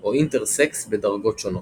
או אינטרסקס בדרגות שונות.